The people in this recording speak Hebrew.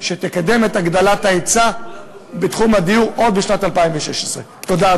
שתקדם את הגדלת ההיצע בתחום הדיור עוד בשנת 2016. תודה,